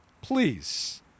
Please